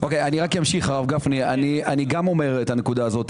אני גם אומר את הנקודה הזאת.